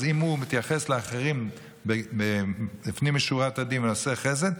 אם הוא מתייחס לאחרים לפנים משורת הדין בנושאי חסד,